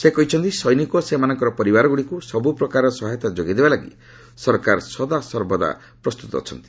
ସେ କହିଛନ୍ତି ସୈନିକ ଓ ସେମାନଙ୍କ ପରିବାରଗୁଡ଼ିକୁ ସବୁପ୍ରକାରର ସହାୟତା ଯୋଗାଇ ଦେବାଲାଗି ସରକାର ସଦା ପ୍ରସ୍ତୁତ ଅଛନ୍ତି